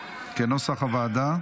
כנוסח הוועדה.